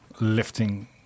lifting